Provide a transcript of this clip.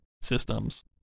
systems